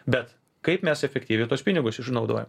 bet kaip mes efektyviai tuos pinigus išnaudojam